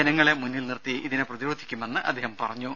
ജനങ്ങളെ മുന്നിൽ നിർത്തി ഇതിനെ പ്രതിരോധിക്കുമെന്ന് അദ്ദേഹം പറഞ്ഞു